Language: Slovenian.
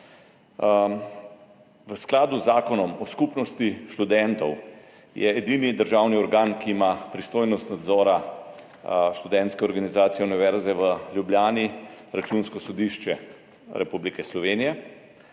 V skladu z Zakonom o skupnosti študentov je edini državni organ, ki ima pristojnost nadzora Študentske organizacije Univerze v Ljubljani Računsko sodišče Republike Slovenije.